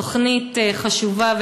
תוכנית חשובה,